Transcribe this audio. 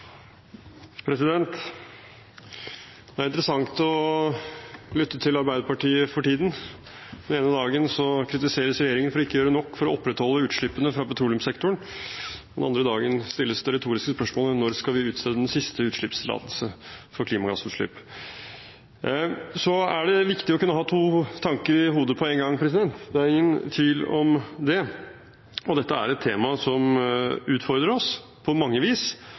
Det er interessant å lytte til Arbeiderpartiet for tiden. Den ene dagen kritiseres regjeringen for ikke å gjøre nok for å opprettholde utslippene fra petroleumssektoren, og den andre dagen stilles det retoriske spørsmålet: Når skal vi utstede den siste utslippstillatelse for klimagassutslipp? Så er det viktig å kunne ha to tanker i hodet på en gang. Det er ingen tvil om det. Dette er et tema som utfordrer oss på mange vis,